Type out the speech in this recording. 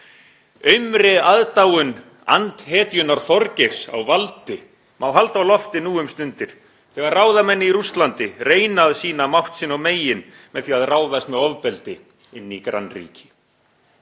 Aumri aðdáun andhetjunnar Þorgeirs á valdi má halda á lofti nú um stundir þegar ráðamenn í Rússlandi reyna að sýna mátt sinn og megin með því að ráðast með ofbeldi inn í grannríki.